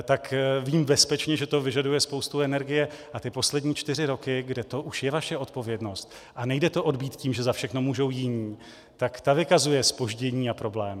Tak vím bezpečně, že to vyžaduje spoustu energie, a ty poslední čtyři roky, kde to už je vaše odpovědnost a nejde to odbýt tím, že za všechno můžou jiní, tak ta vykazuje zpoždění a problémy.